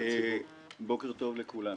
בוקר טוב לכולם.